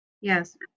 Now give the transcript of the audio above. Yes